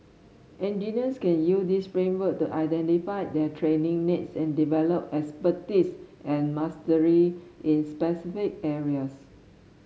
engineers can use this framework to identify their training needs and develop expertise and mastery in specific areas